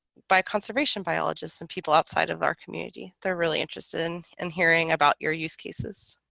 by conservation biologists and people outside of our community. they're really interested in and hearing about your use cases